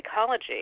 psychology